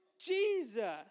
Jesus